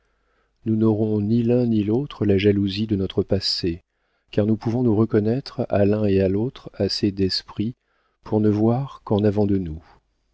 nous n'aurons ni l'un ni l'autre la jalousie de notre passé car nous pouvons nous reconnaître à l'un et à l'autre assez d'esprit pour ne voir qu'en avant de nous